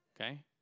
Okay